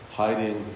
hiding